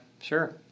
sure